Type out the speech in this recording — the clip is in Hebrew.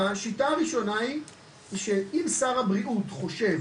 השיטה הראשונה היא זה שאם שר הבריאות חושב